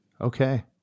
Okay